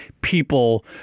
people